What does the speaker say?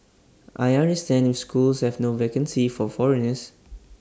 I understand if schools have no vacancies for foreigners